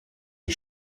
les